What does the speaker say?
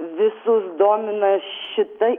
visus domina šita